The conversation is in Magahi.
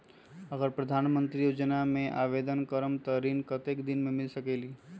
अगर प्रधानमंत्री योजना में आवेदन करम त ऋण कतेक दिन मे मिल सकेली?